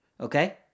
okay